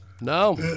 No